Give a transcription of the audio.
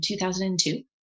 2002